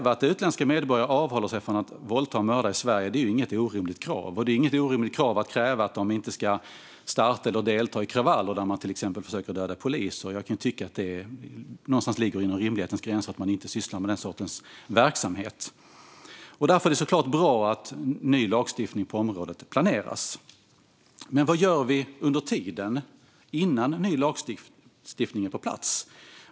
Att utländska medborgare avhåller sig från att våldta och mörda i Sverige är inget orimligt krav - inte heller att de inte startar eller deltar i kravaller där man till exempel försöker döda poliser. Jag tycker att det ligger inom rimlighetens gränser att man inte sysslar med den sortens verksamhet. Därför är det såklart bra att ny lagstiftning på området planeras. Men vad gör vi innan ny lagstiftning är på plats?